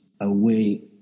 away